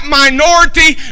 minority